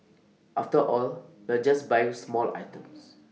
after all we're just buying small items